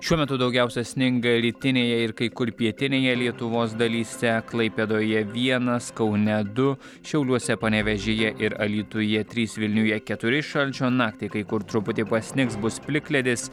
šiuo metu daugiausia sninga rytinėje ir kai kur pietinėje lietuvos dalyse klaipėdoje vienas kaune du šiauliuose panevėžyje ir alytuje trys vilniuje keturi šalčio naktį kai kur truputį pasnigs bus plikledis